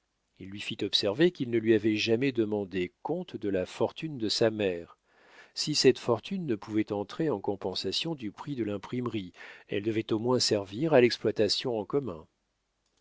il lui fit observer qu'il ne lui avait jamais demandé compte de la fortune de sa mère si cette fortune ne pouvait entrer en compensation du prix de l'imprimerie elle devait au moins servir à l'exploitation en commun